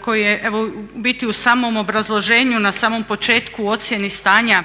koje je, evo u biti u samom obrazloženju, na samom početku u ocjeni stanja